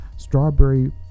Strawberry